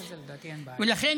וכן,